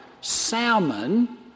Salmon